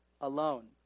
alone